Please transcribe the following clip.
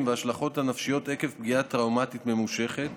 וההשלכות הנפשיות עקב פגיעה טראומטית ממושכת.